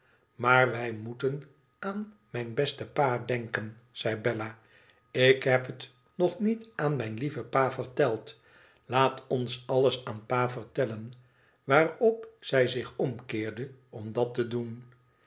maar wij moeten aan mijn besten pa denken zei bella ilk heb het nog niet aan mijn lieven pa verteld laat ons alles aan pa vertellen waarop zij zich omkeerde om dat te doen